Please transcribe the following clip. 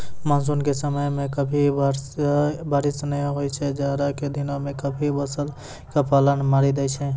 monsoon के समय मॅ कभी बारिश नाय होय छै, जाड़ा के दिनों मॅ कभी फसल क पाला मारी दै छै